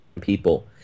people